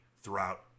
throughout